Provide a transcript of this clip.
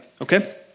okay